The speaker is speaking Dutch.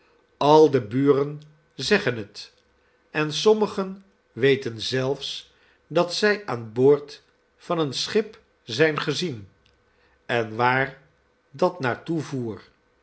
al de buren zeggen het en sommigen weten zelfs dat zij aan boord van een schip zijn gezien en waar dat naar toe voer